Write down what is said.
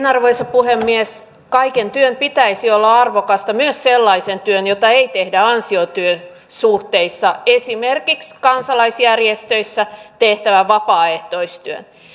arvoisa puhemies kaiken työn pitäisi olla arvokasta myös sellaisen työn jota ei tehdä ansiotyösuhteissa esimerkiksi kansalaisjärjestöissä tehtävän vapaaehtoistyön